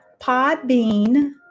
podbean